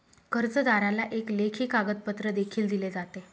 कर्जदाराला एक लेखी कागदपत्र देखील दिले जाते